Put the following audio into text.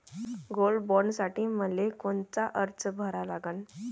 Gold बॉण्डसाठी मले कोनचा अर्ज भरा लागन?